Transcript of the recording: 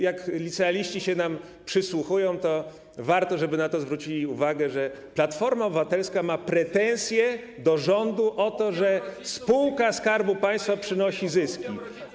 Jeśli licealiści się nam przysłuchują, to warto, żeby zwrócili uwagę na to, że Platforma Obywatelska ma pretensje do rządu o to, że spółka Skarbu Państwa przynosi zyski.